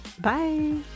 Bye